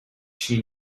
she